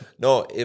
No